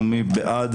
מי בעד?